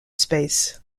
space